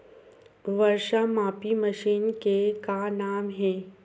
वर्षा मापी मशीन के का नाम हे?